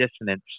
dissonance